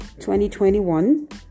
2021